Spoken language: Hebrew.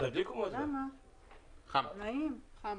למה אין אופציה כזאת?